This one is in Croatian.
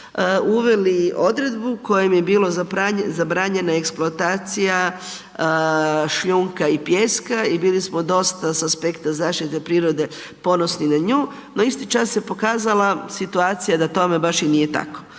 uveli odredbu kojom je bilo zabranjeno eksploatacija šljunka i pijeska i bili smo dosta sa spekta zaštite prirode ponosni na nju, no isti čas se pokazala situacija da tome baš i nije tako.